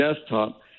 desktop